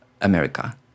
America